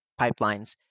pipelines